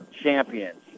champions